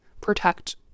protect